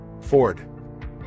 Ford